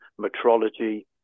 metrology